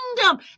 kingdom